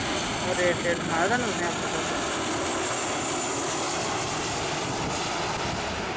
rate सनाए दा नी तुसें अपने स्हाबै कन्नै